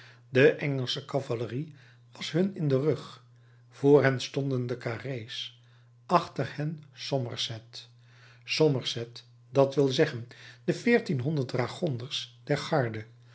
de engelsche cavalerie was hun in den rug vr hen stonden de carré's achter hen somerset somerset dat wil zeggen de veertienhonderd dragonders der garde